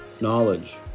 knowledge